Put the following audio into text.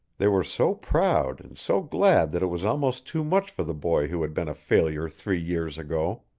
they were so proud and so glad that it was almost too much for the boy who had been a failure three years ago.